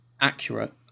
accurate